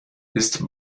ist